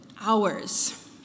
hours